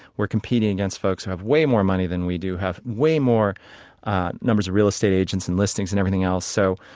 we're competing against folks who have way more money than we do, have way more numbers of real estate agents and listings and everything else. so,